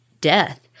death